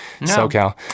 SoCal